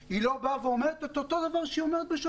לא עושה אותו דבר?